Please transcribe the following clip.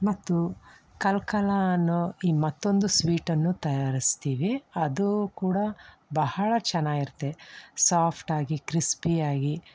ಮತ್ತು ಕಲ್ಕಲ್ ಅನ್ನೋ ಈ ಮತ್ತೊಂದು ಸ್ವೀಟನ್ನು ತಯಾರಿಸ್ತೀವಿ ಅದು ಕೂಡ ಬಹಳ ಚೆನ್ನಾಗಿರತ್ತೆ ಸಾಫ್ಟ್ ಆಗಿ ಕ್ರಿಸ್ಪಿಯಾಗಿ